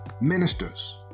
ministers